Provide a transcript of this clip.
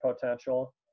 potential